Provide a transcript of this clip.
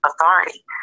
authority